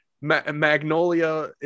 magnolia